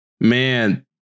man